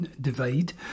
Divide